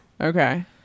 Okay